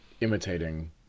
imitating